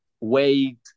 weight